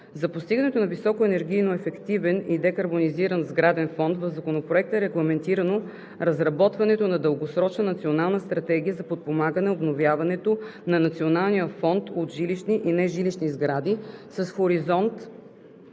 За постигането на високо енергийно ефективен и декарбонизиран сграден фонд в Законопроекта е регламентирано разработването на Дългосрочна национална стратегия за подпомагане обновяването на националния фонд от жилищни и нежилищни сгради с хоризонт